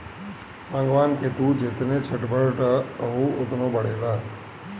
सागवान के तू जेतने छठबअ उ ओतने बढ़ेला